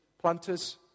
planters